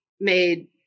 made